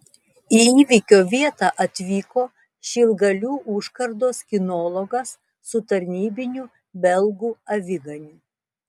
į įvykio vietą atvyko šilgalių užkardos kinologas su tarnybiniu belgų aviganiu